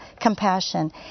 compassion